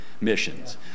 missions